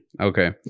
Okay